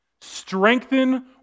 Strengthen